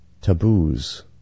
taboos